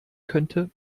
könnte